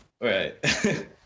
Right